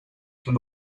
from